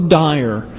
dire